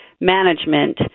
Management